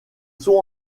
sont